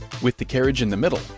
with the carriage in the middle,